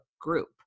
group